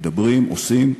מדברים, עושים,